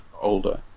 older